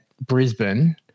Brisbane